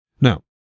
Now